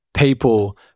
people